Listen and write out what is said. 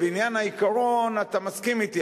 בעניין העיקרון אתה מסכים אתי,